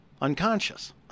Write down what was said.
unconscious